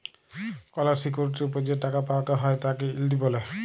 call সিকিউরিটির ওপর যে টাকা পাওয়াক হ্যয় তাকে ইল্ড ব্যলে